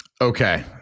okay